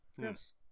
Yes